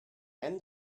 and